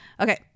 Okay